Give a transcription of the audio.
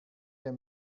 der